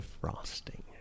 frosting